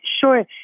Sure